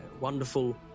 wonderful